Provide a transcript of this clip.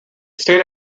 stayed